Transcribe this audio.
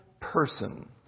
person